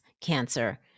cancer